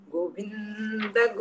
Govinda